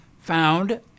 found